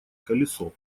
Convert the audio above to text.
колесо